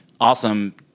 awesome